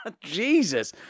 Jesus